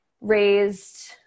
raised